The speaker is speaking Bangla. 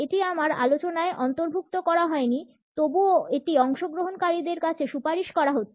এটি আমার আলোচনায় অন্তর্ভুক্ত করা হয়নি তবুও এটি অংশগ্রহণকারীদের কাছে সুপারিশ করা হচ্ছে